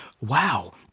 Wow